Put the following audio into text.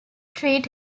treat